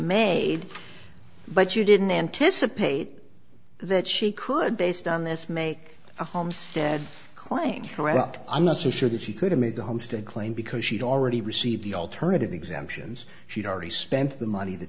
made but you didn't anticipate that she could based on this make a homestead claim corrupt i'm not so sure that she could have made the homestead claim because she'd already received the alternative exemptions she'd already spent the money that